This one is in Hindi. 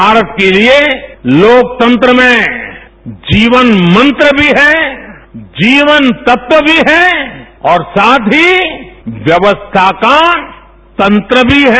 भारत के लिए लोकतंत्र में जीवन मंत्र भी है जीवन तत्व भी है और साथ ही व्यवस्था को तंत्र भी है